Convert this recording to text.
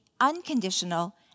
unconditional